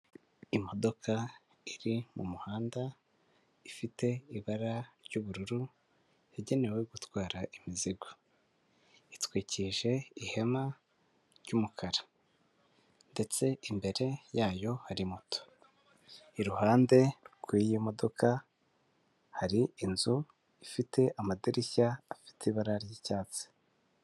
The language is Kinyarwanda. Imodoka iri mu muhanda ifite ibara ry'ubururu yagenewe gutwara imizigo. Itwikirije ihema ry'umukara ndetse imbere yayo hari moto. Iruhande rw'iyi modoka, hari inzu ifite amadirishya afite ibara ry'icyatsi.